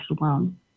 alone